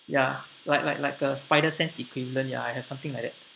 ya like like like a spider sense equivalent ya I have something like that